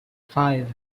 five